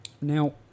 Now